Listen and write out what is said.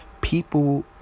people